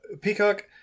Peacock